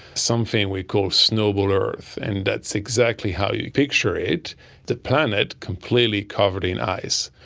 something we call snowball earth, and that's exactly how you picture it the planet completely covered in ice.